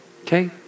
Okay